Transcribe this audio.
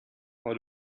port